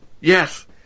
Yes